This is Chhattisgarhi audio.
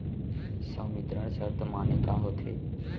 संवितरण शर्त माने का होथे?